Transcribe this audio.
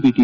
BT